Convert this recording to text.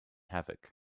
havoc